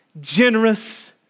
generous